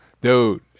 Dude